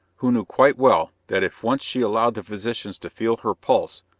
who knew quite well that if once she allowed the physicians to feel her pulse,